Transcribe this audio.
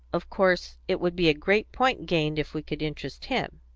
of course. it would be a great point gained if we could interest him.